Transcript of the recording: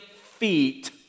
feet